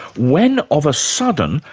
when of a sudden,